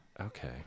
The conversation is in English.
Okay